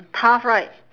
tough right